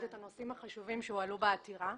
את הנושאים החשובים שהועלו בעתירה.